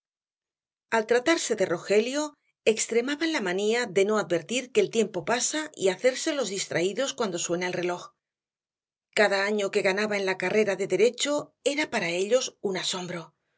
al tratarse de rogelio extremaban la manía de no advertir que el tiempo pasa y hacerse los distraídos cuando suena el reloj cada año que ganaba en la carrera de derecho era para ellos un asombro